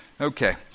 Okay